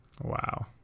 Wow